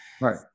right